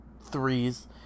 threes